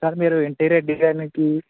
sir మీరు interior డిజైనింగ్కి